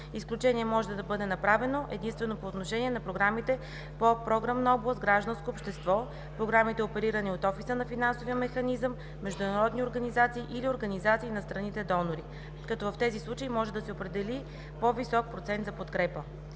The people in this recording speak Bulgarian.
Изключение може да бъде направено единствено по отношение на програмите по Програмна област „Гражданско общество“, програмите, оперирани от Офиса на Финансовия механизъм, международни организации или организации на страните донори, като в тези случаи може да се определи по-висок процент на подкрепа.